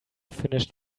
finished